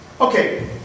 Okay